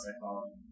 psychology